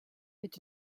est